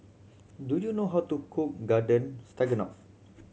do you know how to cook Garden Stroganoff